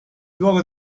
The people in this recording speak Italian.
luogo